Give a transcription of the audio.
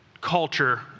culture